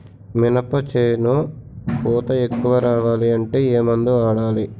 మినప చేను పూత ఎక్కువ రావాలి అంటే ఏమందు వాడాలి?